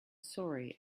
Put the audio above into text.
sorry